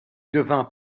devint